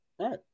right